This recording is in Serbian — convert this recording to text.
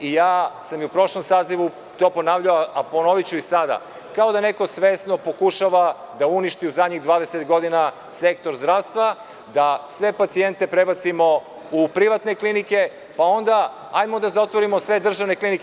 U prošlom sazivu sam to ponavljao, a ponoviću i sada – kao da neko svesno pokušava da uništi u zadnjih 20 godina sektor zdravstva, da sve pacijente prebacimo u privatne klinike, pa onda hajde da zatvorimo sve državne klinike.